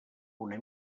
una